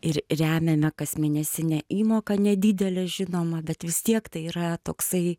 ir remiame kasmėnesine įmoka nedidelė žinoma bet vis tiek tai yra toksai